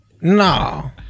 No